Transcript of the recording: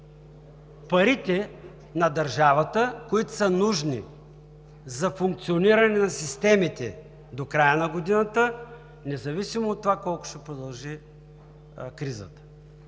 парите на държавата, които са нужни за функциониране на системите до края на годината, независимо от това колко ще продължи кризата,